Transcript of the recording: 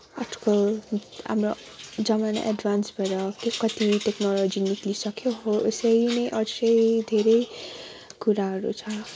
आजकल हाम्रो जमाना एड्भान्स भएर के कति टेक्नोलोजी निक्लिसक्यो हो यसैले अझै धेरै कुराहरू छ